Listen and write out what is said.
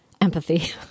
empathy